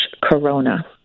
corona